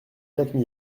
jacques